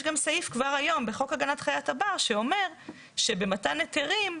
יש גם סעיף גם היום בחוק הגנת חיית הבר שאומר שבמתן היתרים,